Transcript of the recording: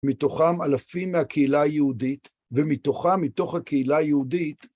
מתוכם אלפים מהקהילה היהודית, ומתוכם, מתוך הקהילה היהודית,